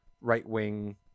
right-wing